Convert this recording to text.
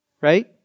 Right